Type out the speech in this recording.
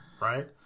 Right